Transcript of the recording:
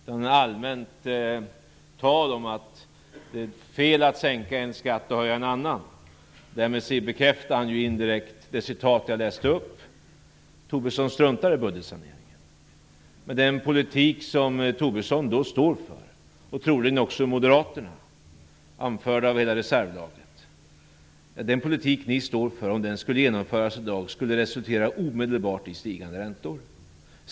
Det var bara allmänt tal om att det är fel att sänka en skatt och höja en annan. Därmed bekräftar han indirekt det citat som jag läste upp. Tobisson struntar i budgetsaneringen. Men om den politik som Tobisson - och troligtvis också moderaterna anförda av hela reservlagret - står för genomfördes i dag, skulle det resultera i omedelbart stigande räntor.